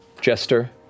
Jester